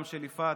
גם של יפעת.